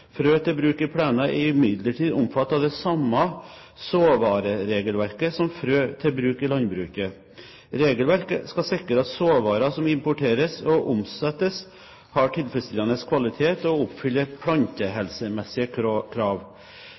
Frø til bruk i plener er imidlertid omfattet av det samme såvareregelverket som frø til bruk i landbruket. Regelverket skal sikre at såvarer som importeres og omsettes, har tilfredsstillende kvalitet og oppfyller plantehelsemessige krav.